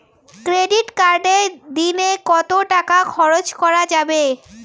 Credit কার্ডে দিনে কত টাকা খরচ করা যাবে?